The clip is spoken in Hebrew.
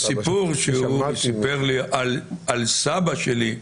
הסיפור שהוא סיפר לי על סבא שלי,